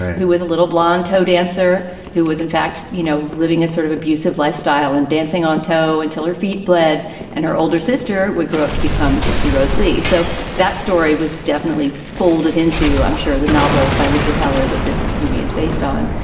who was a little blonde tow dancer who was, in fact, you know, living. yes, sort of abusive lifestyle and dancing on toe until her feet bled and her older sister would grow up to become gypsy rose lee. so that story was definitely folded into. i'm sure the novel by lucas heller that this movie is based on.